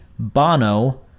Bono